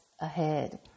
ahead